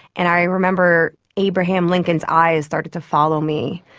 and i remember abraham lincoln's eyes started to follow me.